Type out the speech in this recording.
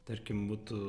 tarkim būtų